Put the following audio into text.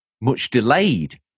much-delayed